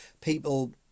people